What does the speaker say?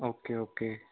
okay okay